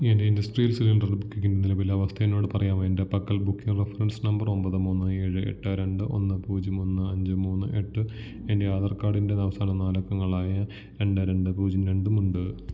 എൻ്റെ industrial cylinder ബുക്കിംഗിൻ്റെ നിലവിലെ അവസ്ഥ എന്നോട് പറയാമോ എൻ്റെ പക്കൽ ബുക്കിംഗ് റഫറൻസ് നമ്പർ ഒമ്പത് മൂന്ന് ഏഴ് എട്ടേ രണ്ട് ഒന്ന് പൂജ്യം ഒന്ന് അഞ്ച് മൂന്ന് എട്ട് എൻ്റെ ആധാർ കാർഡിൻ്റെ അവസാന നാലക്കങ്ങളായ രണ്ട് രണ്ട് പൂജ്യം രണ്ടും ഉണ്ട്